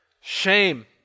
Shame